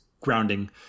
grounding